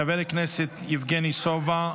חבר הכנסת יבגני סובה,